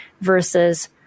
versus